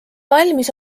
valmis